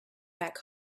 back